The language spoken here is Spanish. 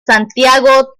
santiago